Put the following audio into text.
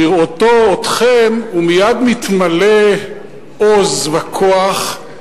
בראותו אתכם הוא מייד מתמלא עוז וכוח,